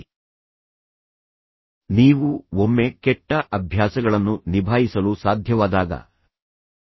ನಾನು ಈಗಷ್ಟೇ ಕೆಟ್ಟ ಅಭ್ಯಾಸಗಳ ಬಗ್ಗೆ ಮಾತನಾಡಿದ್ದೇನೆ ನೀವು ಒಮ್ಮೆಕೆಟ್ಟ ಅಭ್ಯಾಸಗಳನ್ನು ನಿಭಾಯಿಸಲು ಸಾಧ್ಯವಾದಾಗ ತದನಂತರ ಒಳ್ಳೆಯ ಅಭ್ಯಾಸಗಳನ್ನು ಬೆಳೆಸಿಕೊಳ್ಳುವುದನ್ನು ನೋಡೋಣ